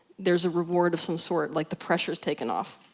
there's a reward of some sort, like, the pressure is taken off.